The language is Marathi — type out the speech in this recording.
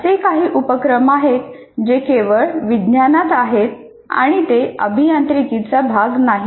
असे काही उपक्रम आहेत जे केवळ विज्ञानात आहेत आणि ते अभियांत्रिकीचा भाग नाहीत